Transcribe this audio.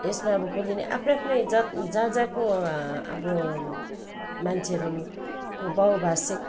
यसमा अब बोलिने आफ्नै आफ्नै जात जात जातको अब मान्छेहरूको बहुभाषिक